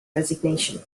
resignation